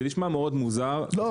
זה נשמע מאוד מוזר ולא נכון.